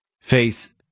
face